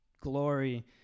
glory